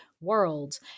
world